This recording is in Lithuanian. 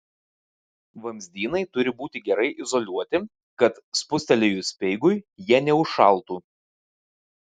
vamzdynai turi būti gerai izoliuoti kad spustelėjus speigui jie neužšaltų